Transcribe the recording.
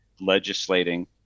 legislating